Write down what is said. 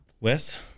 Wes